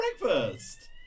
breakfast